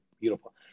beautiful